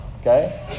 Okay